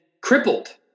crippled